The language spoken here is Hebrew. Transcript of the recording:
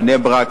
בני-ברק,